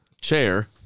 chair